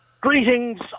Greetings